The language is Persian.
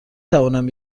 توانم